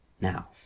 Now